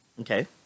Okay